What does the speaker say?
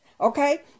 okay